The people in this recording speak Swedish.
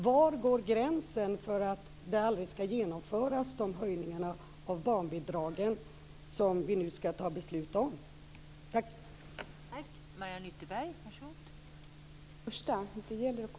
Var går gränsen för att höjningarna av barnbidragen som vi nu skall fatta beslut om aldrig skall genomföras?